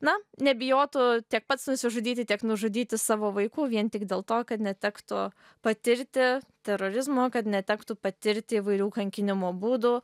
na nebijotų tiek pats nusižudyti tiek nužudyti savo vaikų vien tik dėl to kad netektų patirti terorizmo kad netektų patirti įvairių kankinimo būdų